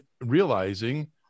realizing